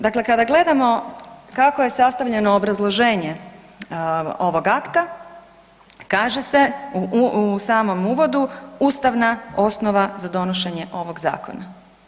Dakle, kada gledamo kako je sastavljeno obrazloženje ovog akta, kaže se u samom uvodu ustavna osnova za donošenje ovog zakona.